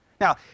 Now